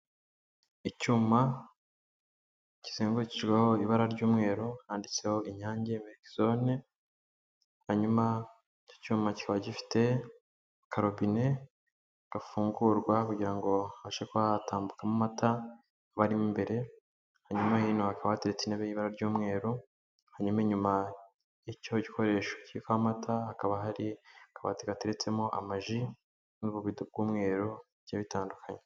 Icyuma kizengurukijweho ibara ry'umweru handitseho inyange milike zone. Hanyuma icyo cyuma kikaba gifite, akarobine gafungurwa kugira ngo habashe kujya hatambukamo amata aba arimo imbere. Hanyuma hino hakaba hateretse intebe y'ibara ry'umweru. Hanyuma inyuma y'icyo gikoresho kitwa amata, hakaba hari akabati gateretsemo amaji n'ububido bw'umweru bigiye bitandukanye.